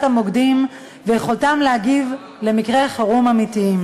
המוקדים וביכולתם להגיב למקרי חירום אמיתיים.